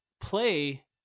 play